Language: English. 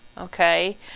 okay